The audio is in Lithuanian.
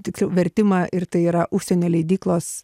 tiksliau vertimą ir tai yra užsienio leidyklos